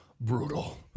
Brutal